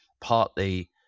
Partly